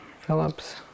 Phillips